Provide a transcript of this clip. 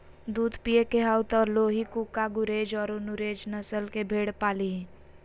दूध पिये के हाउ त लोही, कूका, गुरेज औरो नुरेज नस्ल के भेड़ पालीहीं